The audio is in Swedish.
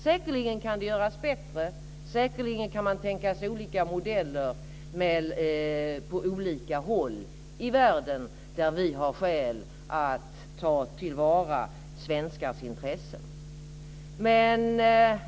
Säkerligen kan det göras bättre och säkerligen kan olika modeller tänkas på olika håll i världen där vi har skäl att ta till vara svenskars intressen.